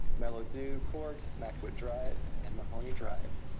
mellowdew court, macwood drive, and mahoney drive.